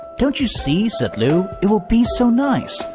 don't you see, said lou, it will be so nice.